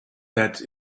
that